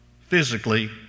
physically